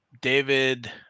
David